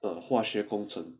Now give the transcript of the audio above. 化学工程